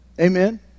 Amen